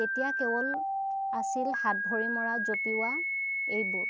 তেতিয়া কেৱল আছিল হাত ভৰি মৰা জপিওৱা এইবোৰ